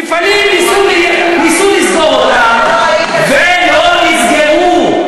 מפעלים, ניסו לסגור אותם, ולא נסגרו.